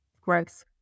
growth